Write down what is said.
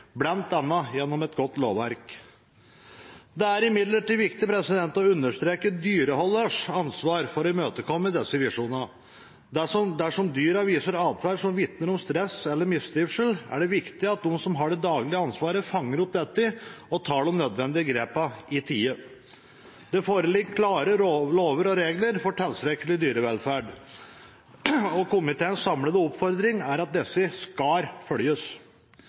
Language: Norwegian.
bl.a. gjennom et godt lovverk. Det er imidlertid viktig å understreke dyreholderens ansvar for å imøtekomme disse visjonene. Dersom dyrene viser en atferd som vitner om stress eller mistrivsel, er det viktig at de som har det daglige ansvaret, fanger opp dette og tar de nødvendige grepene i tide. Det foreligger klare lover og regler for tilstrekkelig dyrevelferd, og komiteens samlede oppfordring er at disse skal følges.